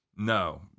No